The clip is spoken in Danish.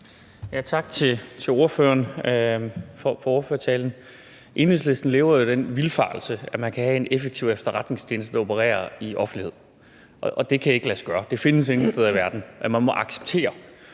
Tak til ordføreren for ordførertalen. Enhedslisten lever jo i den vildfarelse, at man kan have en effektiv efterretningstjeneste, der opererer i offentlighed. Det kan ikke lade sig gøre, det findes ingen steder i verden. Man må acceptere